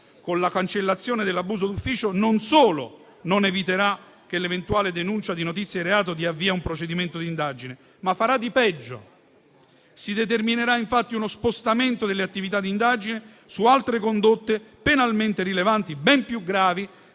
con la cancellazione dell'abuso d'ufficio, non solo non eviterà che l'eventuale denuncia di notizie di reato dia avvio a un procedimento di indagine, ma farà di peggio. Si determinerà infatti uno spostamento delle attività di indagine su altre condotte penalmente rilevanti, ben più gravi